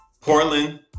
Portland